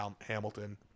Hamilton